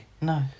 No